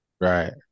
Right